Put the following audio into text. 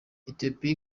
ethiopia